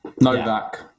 Novak